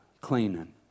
cleaning